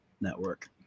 network